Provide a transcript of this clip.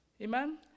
Amen